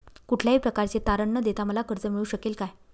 कुठल्याही प्रकारचे तारण न देता मला कर्ज मिळू शकेल काय?